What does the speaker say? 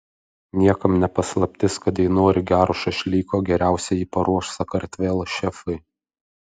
niekam ne paslaptis kad jei nori gero šašlyko geriausiai jį paruoš sakartvelo šefai